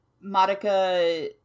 Monica